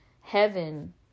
heaven